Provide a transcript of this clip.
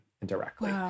indirectly